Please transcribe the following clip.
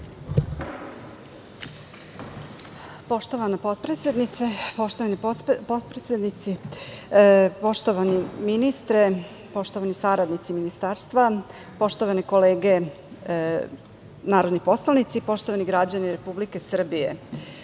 poštovani potpredsednici, poštovani ministre, poštovani saradnici iz ministarstva, poštovane kolege narodni poslanici, poštovani građani Republike Srbije,